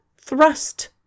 thrust